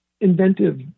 inventive